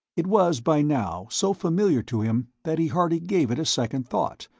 it was, by now, so familiar to him that he hardly gave it a second thought,